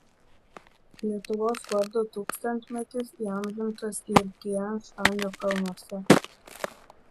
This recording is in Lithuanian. lietuvos vardo tūkstantmetis įamžintas ir tian šanio kalnuose